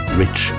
rich